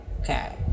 okay